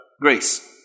Grace